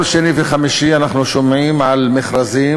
כל שני וחמישי אנחנו שומעים על מכרזים